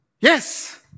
Yes